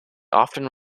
often